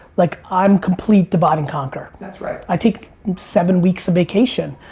like i'm complete divide and conquer. that's right. i take seven weeks of vacation,